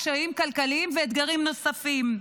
קשיים כלכליים ואתגרים נוספים.